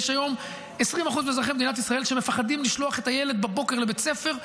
היום 20% מאזרחי מדינת ישראל מפחדים לשלוח את הילד בבוקר לבית ספר.